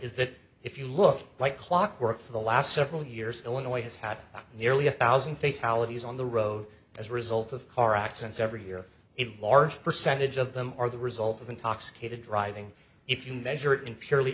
is that if you look like clockwork for the last several years illinois has had nearly a thousand fake tallies on the road as a result of car accidents every year if a large percentage of them are the result of intoxicated driving if you measure it in purely